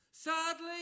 Sadly